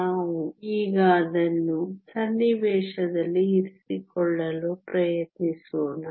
ನಾವು ಈಗ ಅದನ್ನು ಸನ್ನಿವೇಶದಲ್ಲಿ ಇರಿಸಿಕೊಳ್ಳಲು ಪ್ರಯತ್ನಿಸೋಣ